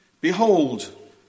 Behold